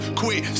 quit